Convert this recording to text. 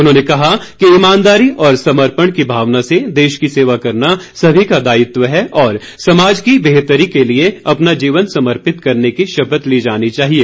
उन्होंने कहा कि ईमानदारी और समर्पण की भावना से देश की सेवा करना सभी का दायित्व है और समाज की बेहतरी के लिए अपना जीवन समर्पित करने की शपथ ली जानी चाहिए